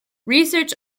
research